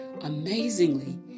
Amazingly